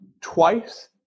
twice